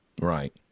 right